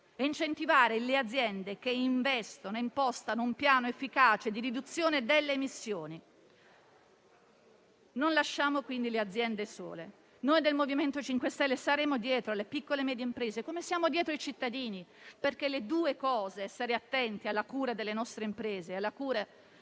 incentivare le aziende che investono e impostano un piano efficace di riduzione delle emissioni. Non lasciamo quindi le aziende sole. Noi del MoVimento 5 Stelle saremo dietro alle piccole e medie imprese, come siamo dietro ai cittadini, perché le due cose - stare attenti alla cura delle nostre imprese e alla cura